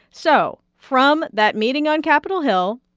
so from that meeting on capitol hill,